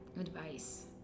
Advice